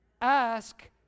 ask